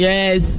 Yes